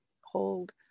hold